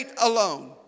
alone